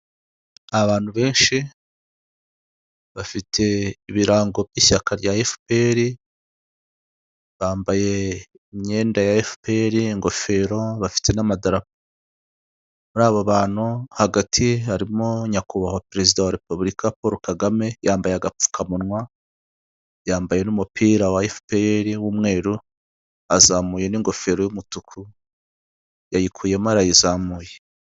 Abantu benshi bafite ibirango by'ishyaka rya efuperi bambaye imyenda ya efuperi, ingofero bafite n'amadarapo, muri abo bantu hagati harimo nyakubahwa perezida wa repubulika Paul Kagame yambaye agapfukamunwa yambaye n'umupira wa efuperi w'umweru, azamuye n'ingofero y'umutuku yayikuyemo arayizamuye.